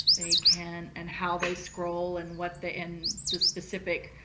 they can, and how they scroll and what the, in the specific